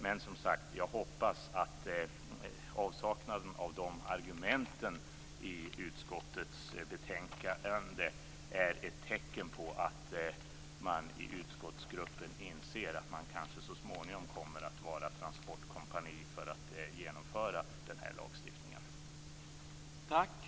Men, som sagt, jag hoppas att avsaknaden av dessa argument i utskottets betänkande är ett tecken på att man i utskottsgruppen inser att man så småningom kanske kommer att vara transportkompani för att genomföra denna lagstiftning.